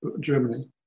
Germany